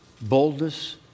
boldness